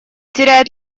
теряет